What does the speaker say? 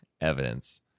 Evidence